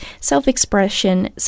self-expression